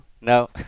No